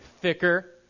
thicker